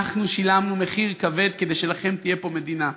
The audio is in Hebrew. אנחנו שילמנו מחיר כבד כדי שלכם תהיה פה מדינה.